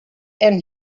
and